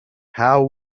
how